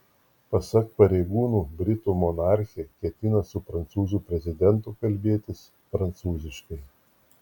pasak pareigūnų britų monarchė ketina su prancūzų prezidentu kalbėtis prancūziškai